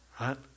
right